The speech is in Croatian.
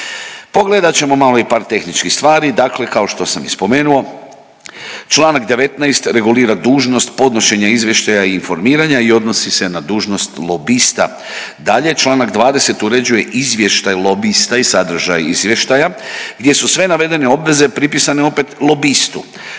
Pogledat ćemo malo i par tehničkih stvari. Dakle, kao što sam i spomenuo članak 19. regulira dužnost podnošenja izvještaja i informiranja i odnosi se na dužnost lobista. Dalje, članak 20. uređuje izvještaj lobista i sadržaj izvještaja gdje su sve navedene obveze pripisane opet lobistu